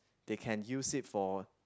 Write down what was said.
they can use it for